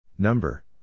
Number